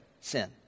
sin